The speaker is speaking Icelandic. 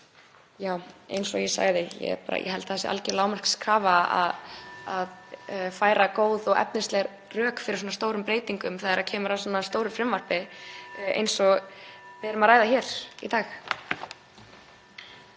já, eins og ég sagði held ég að það sé algjör lágmarkskrafa að færa góð og efnisleg rök fyrir svona stórum breytingum þegar kemur að svona stóru frumvarpi eins og við erum að ræða hér í dag.